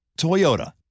Toyota